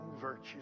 virtues